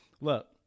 Look